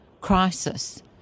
crisis